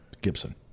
Gibson